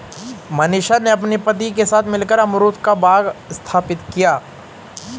मनीषा ने अपने पति के साथ मिलकर अमरूद का बाग स्थापित किया